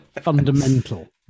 Fundamental